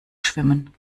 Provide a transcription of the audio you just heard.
schwimmen